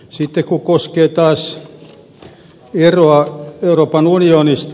koskien taas eroa euroopan unionista